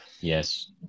Yes